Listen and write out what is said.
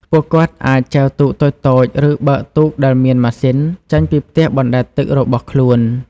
ពួកគាត់អាចចែវទូកតូចៗ ឬបើកទូកដែលមានម៉ាស៊ីន ចេញពីផ្ទះបណ្តែតទឹករបស់ខ្លួន។